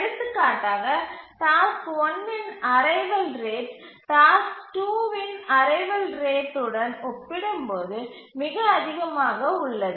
எடுத்துக்காட்டாக டாஸ்க் 1 இன் arrival rate task 2 இன் அரைவல் ரேட் உடன் ஒப்பிடும்போது மிக அதிகமாக உள்ளது